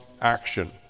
action